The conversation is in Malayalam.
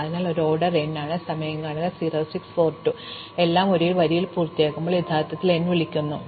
അതിനാൽ ഇവ ഓർഡർ n ആണ് എല്ലാം ഒരു വരിയിൽ എത്തിയാൽ യഥാർത്ഥത്തിൽ n വിളിക്കുന്നു